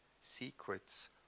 secrets